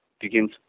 begins